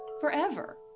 forever